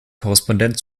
korrespondent